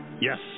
Yes